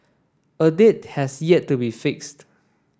a date has yet to be fixed